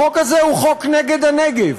החוק הזה הוא חוק נגד הנגב.